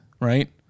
right